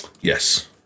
Yes